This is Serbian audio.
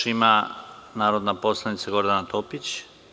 Reč ima narodni poslanik Gordana Topić.